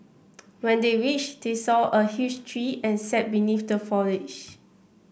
when they reached they saw a huge tree and sat beneath the foliage